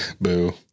boo